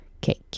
cake